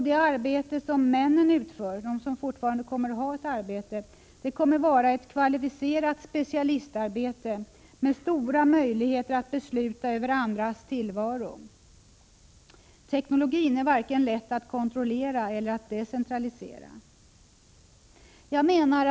Det arbete som männen utför — de som fortfarande kommer att ha ett arbete —- kommer att vara ett kvalificerat specialistarbete med stora möjligheter att besluta över andras tillvaro. Teknologin är varken lätt att kontrollera eller lätt att decentralisera.